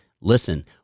Listen